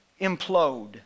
implode